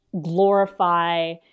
glorify